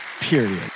Period